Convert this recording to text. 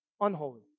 unholy